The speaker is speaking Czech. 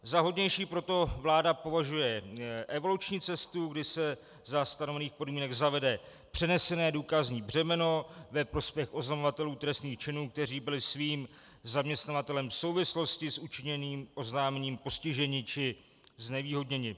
Za vhodnější proto vláda považuje evoluční cestu, kdy se za stanovených podmínek zavede přenesené důkazní břemeno ve prospěch oznamovatelů trestných činů, kteří byli svým zaměstnavatelem v souvislosti s učiněným oznámením postiženi či znevýhodněni.